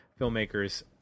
filmmakers